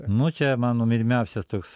nu čia mano mylimiausias toks